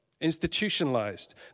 institutionalized